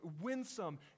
winsome